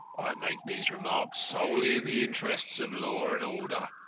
i make these remarks solely in the interest of law and order.